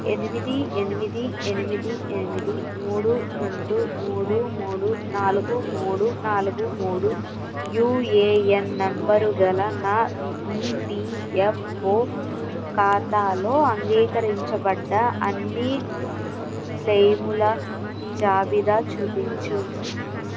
ఎనిమిది ఎనిమిది ఎనిమిది ఎనిమిది మూడు రెండు మూడు మూడు నాలుగు మూడు నాలుగు మూడు యుఏఎన్ నంబరు గల నా ఈ ఈపిఎఫ్ఓ ఖాతాలో అంగీకరించబడ్డ అన్నీ క్లెయిముల జాబిదా చూపించు